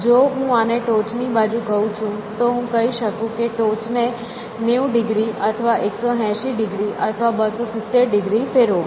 જો હું આને ટોચની બાજુ કહું છું તો હું કહી શકું કે ટોચને 90 ડિગ્રી અથવા 180 ડિગ્રી અથવા 270 ડિગ્રી ફેરવો